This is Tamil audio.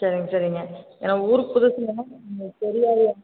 சரிங்க சரிங்க ஏன்னால் ஊருக்கு புதுசுங்க எங்களுக்கு தெரியாது